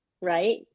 right